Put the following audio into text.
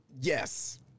yes